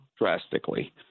drastically